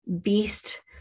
beast